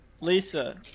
Lisa